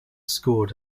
scored